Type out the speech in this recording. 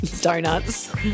Donuts